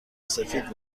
سفید